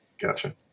gotcha